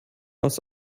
aus